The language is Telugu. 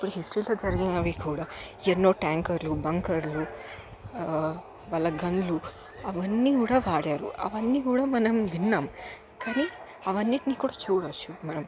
ఇప్పుడు హిస్టరీలో జరిగినవి కూడా ఎన్నో ట్యాంకర్లు బంకర్లు వాళ్ళ గన్లు అవన్నీ కూడాడా వాడారు అవన్నీ కూడా మనం విన్నాము కానీ అవన్నింటినీ కూడా చూడవచ్చు మనం